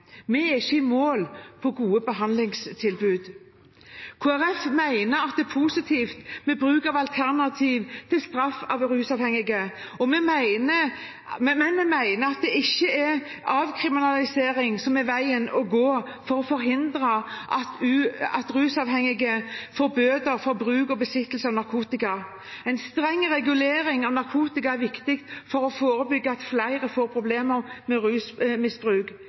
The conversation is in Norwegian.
Vi er ikke i mål med hensyn til gode behandlingstilbud. Kristelig Folkeparti mener at det er positivt med bruk av alternativ til straff av rusavhengige, men vi mener at det ikke er avkriminalisering som er veien å gå for å forhindre at rusavhengige får bøter for bruk og besittelse av narkotika. En streng regulering av narkotika er viktig for å forebygge at flere får problemer med rusmisbruk.